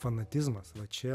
fanatizmas va čia